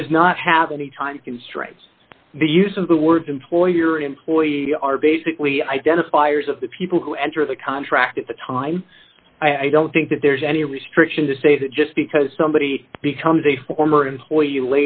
does not have any time constraints the use of the words employer and employee are basically identifiers of the people who enter the contract at the time i don't think that there's any restriction to say that just because somebody becomes a former employee